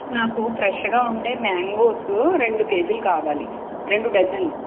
నాకు ఫ్రెష్గా ఉండే మ్యాంగోసు రెండు కేజీలు కావాలి రెండు డజన్లు